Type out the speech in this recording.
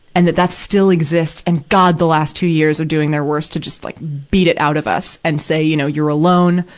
and that that still exists, and god, the last two years are doing their worst to just, like, beat it out of us and say, you know, you're alone.